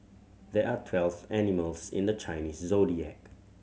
there are twelve animals in the Chinese Zodiac